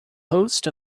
host